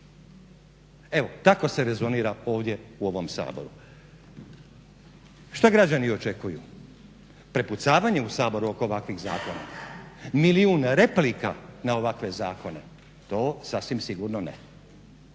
Evo tako se rezonira ovdje u ovom Saboru. Šta građani očekuju, prepucavanje u Saboru oko ovakvih zakona, milijun replika na ovakve zakone, to sasvim sigurno ne.